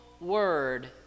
word